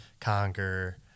conquer